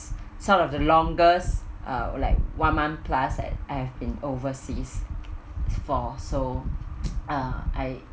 sort of the longest uh like one month plus that I've been overseas for so uh I